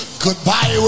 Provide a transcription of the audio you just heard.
Goodbye